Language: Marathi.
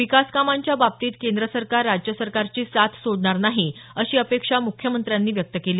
विकास कामांच्या बाबतीत केंदर सरकार राज्य सरकारची साथ सोडणार नाही अशी अपेक्षा मुख्यमंत्र्यांनी व्यक्त केली